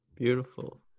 Beautiful